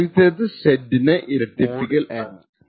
ആദ്യത്തേത് Z ഇരട്ടിപ്പിക്കൽ ആണ്